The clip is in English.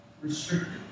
restricted